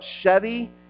Chevy